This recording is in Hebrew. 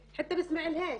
בבתי חולים בנצרת ככה זה.